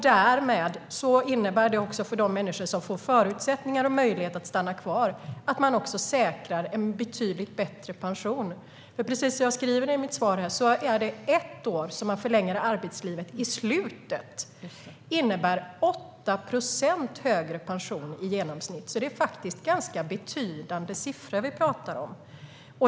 Det innebär också för de människor som får förutsättningar och möjligheter att stanna kvar att de också säkrar en betydligt bättre pension. Precis som jag säger i mitt svar innebär en förlängning av arbetslivet med ett år i genomsnitt 8 procent högre pension. Det är faktiskt ganska betydande siffror vi talar om.